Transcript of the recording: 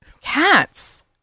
Cats